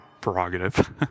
prerogative